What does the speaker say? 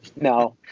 No